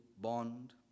bond